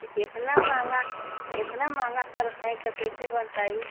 तो एतना महँगा एतना महँगा करत हैं तो कैसे बन पाई